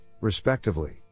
respectively